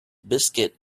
biscuit